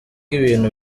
ibintu